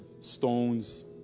stones